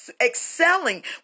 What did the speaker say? excelling